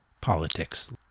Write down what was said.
politics